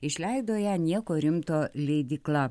išleido ją nieko rimto leidykla